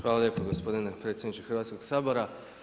Hvala lijepo gospodine predsjedniče Hrvatskog sabora.